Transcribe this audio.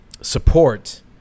support